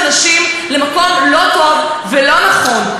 וכך להביא אחת משלוש המצוות של נשים למקום לא טוב ולא נכון.